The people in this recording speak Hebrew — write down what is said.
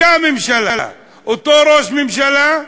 אותה ממשלה, אותו ראש ממשלה,